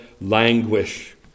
languish